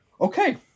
Okay